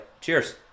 Cheers